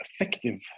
effective